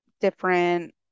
different